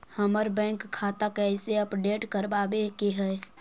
हमर बैंक खाता कैसे अपडेट करबाबे के है?